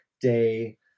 day